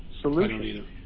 solution